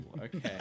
okay